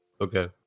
Okay